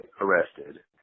arrested